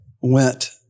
went